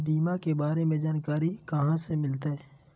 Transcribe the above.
बीमा के बारे में जानकारी कहा से मिलते?